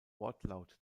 wortlaut